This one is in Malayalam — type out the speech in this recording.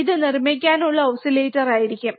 ഇത് നിർമ്മിക്കാനുള്ള ഓസിലേറ്റർ ആയിരിക്കും